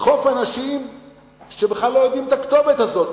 לדחוף אנשים שבכלל לא יודעים את הכתובת הזאת,